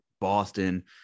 Boston